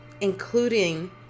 Including